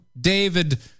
David